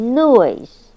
Noise